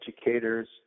educators